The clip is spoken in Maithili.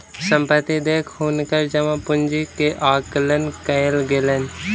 संपत्ति देख हुनकर जमा पूंजी के आकलन कयल गेलैन